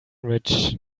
rich